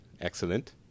Excellent